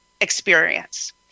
experience